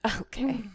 Okay